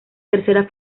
tercera